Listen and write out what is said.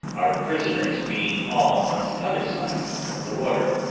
our prisoners being all on the other side of the water.